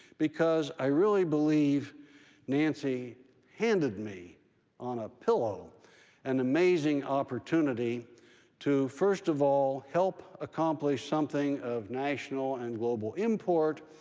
because i really believe nancy handed me on a pillow an amazing opportunity to, first of all, help accomplish something of national and global import,